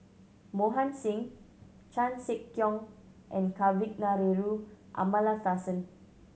Mohan Singh Chan Sek Keong and Kavignareru Amallathasan